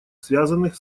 связанных